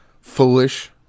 foolish